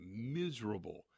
miserable